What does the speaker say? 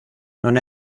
non